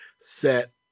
set